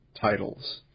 titles